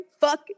Fuck